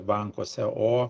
bankuose o